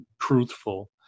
truthful